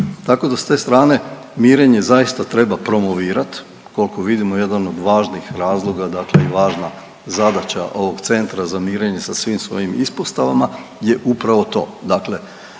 Tako da s te strane mirenje zaista treba promovirat, kolko vidimo jedan od važnih razloga dakle i važna zadaća ovog centra za mirenje sa svim svojim ispostavama je upravo to, dakle